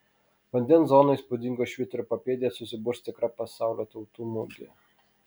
vandens zonoje įspūdingo švyturio papėdėje susiburs tikra pasaulio tautų mugė